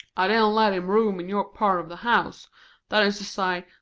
i didn't let him room in your part of the house that is to say,